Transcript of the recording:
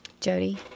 Jody